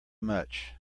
much